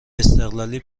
استقلالی